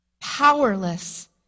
Powerless